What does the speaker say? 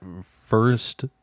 first